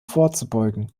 vorzubeugen